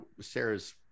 Sarah's